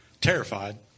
terrified